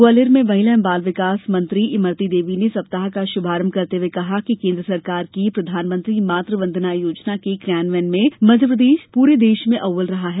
ग्वालियर में महिला बाल विकास मंत्री इमरती देवी ने सप्ताह का शुभारंभ करते हुए कहा कि केन्द्र सरकार की प्रधानमंत्री मातू वंदना योजना के क्रियान्वयन में मध्यप्रदेश सम्पूर्ण देश में अव्वल रहा है